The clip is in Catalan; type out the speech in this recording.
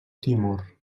timor